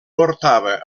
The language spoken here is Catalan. portava